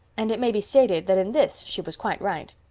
and it may be stated that in this she was quite right.